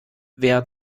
wer